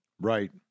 Right